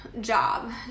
job